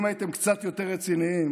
אם הייתם קצת יותר רציניים,